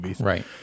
right